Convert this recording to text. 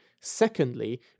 Secondly